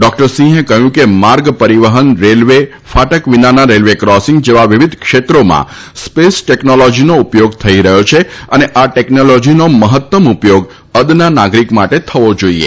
doctor સિંહે કહ્યું કે માર્ગ પરિવહન રેલવે ફાટક વિનાના રેલવે ક્રોસિંગ જેવા વિવિધ ક્ષેત્રોમાં સ્પેસ ટેકનોલોજીનો ઉપયોગ થઈ રહ્યો છે અને આ ટેકનોલોજીનો મહત્તમ ઉપયોગ અદના નાગરિક માટે થવો જોઈએ